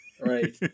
Right